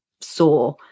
saw